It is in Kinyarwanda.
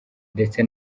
ndetse